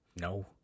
No